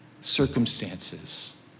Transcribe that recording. circumstances